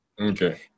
Okay